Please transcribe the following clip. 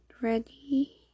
ready